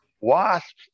Wasps